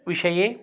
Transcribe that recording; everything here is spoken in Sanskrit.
विषये